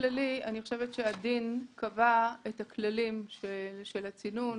אני חושבת שהדין קבע את הכללים של הצינון.